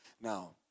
now